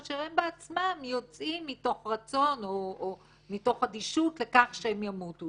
כאשר הם בעצמם יוצאים מתוך רצון או מתוך אדישות לכך שהם ימותו.